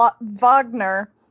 Wagner